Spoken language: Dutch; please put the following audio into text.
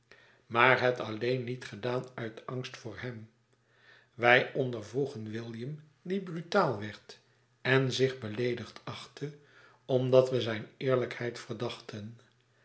maar het alleen niet gedaan uit angst voor hem wij ondervroegen william die brutaal werd en zich beleedigd achtte omdat we zijn eerlijkheid verdachten